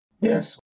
Yes